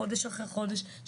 חודש אחרי חודש,